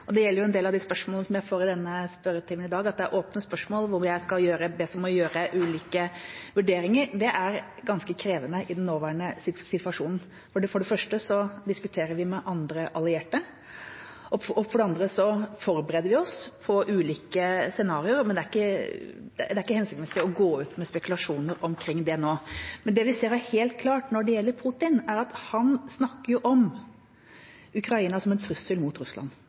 Det gjelder en del av de spørsmålene jeg får i spørretimen i dag, det er åpne spørsmål hvor jeg bes om å gjøre ulike vurderinger. Det er ganske krevende i den nåværende situasjonen. For det første diskuterer vi med andre allierte, og for det andre forbereder vi oss på ulike scenarioer. Det er ikke hensiktsmessig å gå ut med spekulasjoner omkring det nå. Det vi ser er helt klart når det gjelder Putin, er at han snakker om Ukraina som en trussel mot Russland.